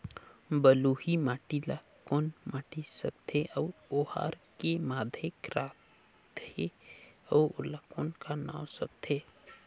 बलुही माटी ला कौन माटी सकथे अउ ओहार के माधेक राथे अउ ओला कौन का नाव सकथे?